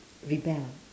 rebel